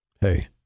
hey